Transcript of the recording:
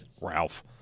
Ralph